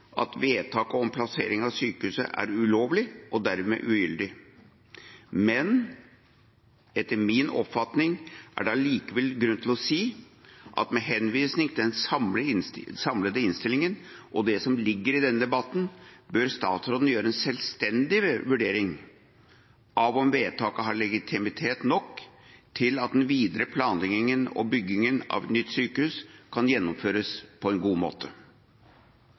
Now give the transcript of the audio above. at vedtaket om plassering av sykehuset er ulovlig, og dermed ugyldig. Men etter min oppfatning er det allikevel grunn til å si at med henvisning til den samlede innstillinga og det som ligger i denne debatten, bør statsråden gjøre en selvstendig vurdering av om vedtaket har legitimitet nok til at den videre planleggingen og byggingen av et nytt sykehus kan gjennomføres på en god måte.